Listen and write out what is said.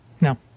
No